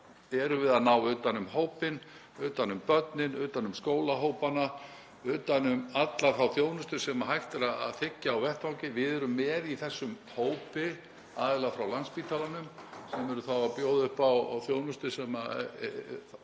erum við að ná utan um hópinn, utan um börnin, utan um skólahópa, utan um alla þá þjónustu sem hægt er að þiggja á vettvangi. Við erum með í þessum hópi aðila frá Landspítalanum sem eru þá að bjóða upp á þjónustu sem